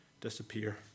disappear